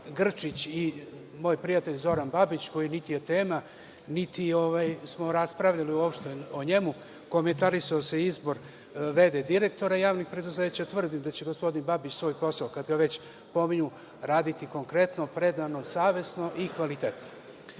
Grčić i moj prijatelj Zoran Babić, koji niti je tema, niti smo raspravljali uopšte o njemu. Komentarisao se izbor v.d. direktora javnih preduzeća. Tvrdim da će gospodin Babić, svoj posao, kada ga već pominju, raditi konkretno, predano, savesno i kvalitetno. Sada